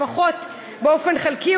לפחות באופן חלקי,